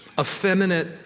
effeminate